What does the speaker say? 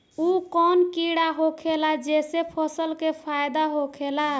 उ कौन कीड़ा होखेला जेसे फसल के फ़ायदा होखे ला?